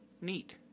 Neat